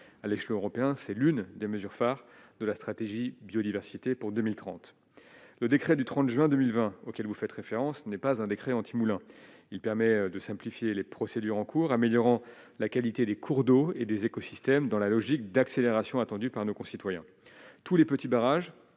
à l'échelon européen, c'est l'une des mesures phares de la Stratégie Biodiversité pour 2030, le décret du 30 juin 2020 auquel vous faites référence n'est pas un décret anti-Moulin, il permet de simplifier les procédures en cours, améliorant la qualité des cours d'eau et des écosystèmes dans la logique d'accélération attendue par nos concitoyens, tous les petits barrages